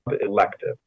elective